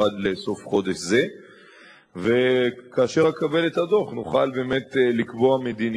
לביצוע בחינה אסטרטגית וניתוח היתכנות של חלופות למערך האמוניה